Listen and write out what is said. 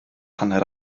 hanner